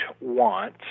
want